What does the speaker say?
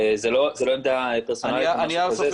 זה לא עמדה פרסונלית או משהו כזה,